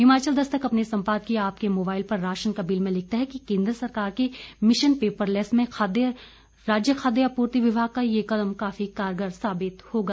हिमाचल दस्तक अपने संपादकीय आपके मोबाइल पर राशन का बिल में लिखता है कि केंद्र सरकार के मिशन पेपरलैस में राज्य खाद्य आपूर्ति विभाग का यह कदम काफी कारगर साबित होगा